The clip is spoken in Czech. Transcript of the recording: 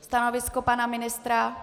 Stanovisko pana ministra?